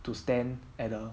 to stand at a